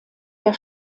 der